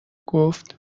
گفت